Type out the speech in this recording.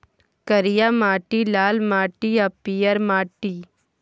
करिया माटि, लाल माटि आ पीयर माटि